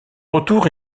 retour